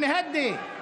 גבר,